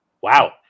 Wow